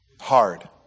hard